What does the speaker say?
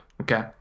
okay